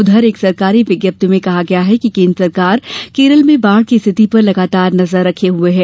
उधर एक सरकारी विज्ञप्ति में कहा गया है कि केन्द्र सरकार केरल में बाढ़ की स्थिति पर लगातार नजर रखे हुए है